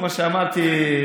כמו שאמרתי,